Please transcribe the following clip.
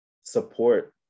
support